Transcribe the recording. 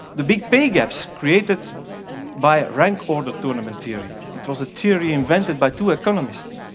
the big pay gaps created by rank order tournament theory. it was a theory invented by two economists.